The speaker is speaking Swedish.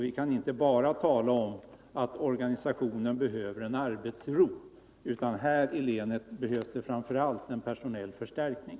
Vi kan inte bara tala om att organisationen behöver arbetsro, utan här i länet behövs det framför allt personell förstärkning!